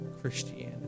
Christianity